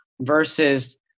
versus